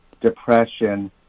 depression